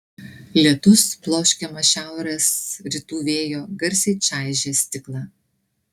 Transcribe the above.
lietus bloškiamas šiaurės rytų vėjo garsiai čaižė stiklą